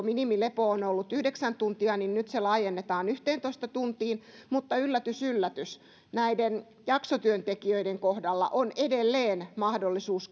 minimilepo on on ollut yhdeksän tuntia niin nyt se laajennetaan yhteentoista tuntiin mutta yllätys yllätys näiden jaksotyöntekijöiden kohdalla on edelleen mahdollisuus